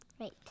Right